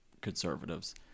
conservatives